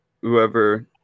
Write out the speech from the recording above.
whoever